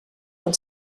del